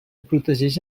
protegeix